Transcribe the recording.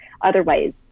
otherwise